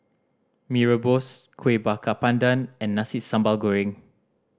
Mee Rebus Kuih Bakar Pandan and Nasi Sambal Goreng